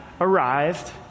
arrived